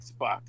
Xbox